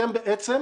אתם, בעצם,